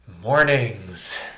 Mornings